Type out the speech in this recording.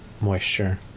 moisture